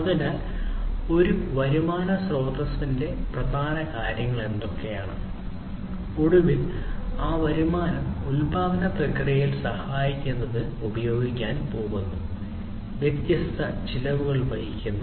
അതിനാൽ വരുമാന സ്രോതസ്സായ വരുമാനത്തിന്റെ വ്യത്യസ്ത സ്രോതസ്സുകൾ എന്തൊക്കെയാണ് ഒടുവിൽ ആ വരുമാനം ഉൽപാദന പ്രക്രിയയിൽ സഹായിക്കുന്നതിന് ഉപയോഗിക്കാൻ പോകുന്നു വ്യത്യസ്ത ചെലവുകൾ വഹിക്കുന്നു